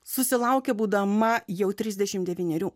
susilaukė būdama jau trisdešimt devynerių